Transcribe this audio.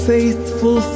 Faithful